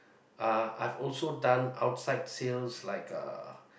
uh I've also done outside sales like uh